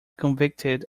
convicted